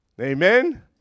Amen